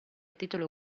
titolo